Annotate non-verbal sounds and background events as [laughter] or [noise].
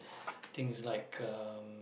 [breath] things like um